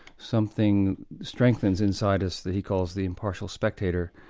something strengthens inside us that he calls the impartial spectator,